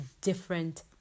different